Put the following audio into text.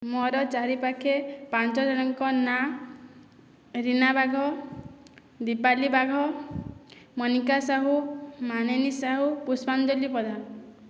ମୋର ଚାରିପାଖେ ପାଞ୍ଚଜଣଙ୍କ ନାଁ ରୀନା ବାଘ ଦୀପାଲି ବାଘ ମନିକା ସାହୁ ମାନିନୀ ସାହୁ ପୁଷ୍ପାଞ୍ଜଳି ପ୍ରଧାନ